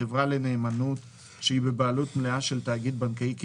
חברה לנאמנות שהיא בבעלות מלאה של תאגיד בנקאי,